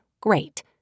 great